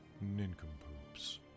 nincompoops